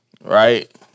Right